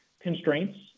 constraints